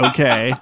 Okay